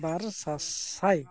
ᱵᱟᱨ ᱥᱟᱻᱥᱟᱭ